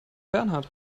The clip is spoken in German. bernhard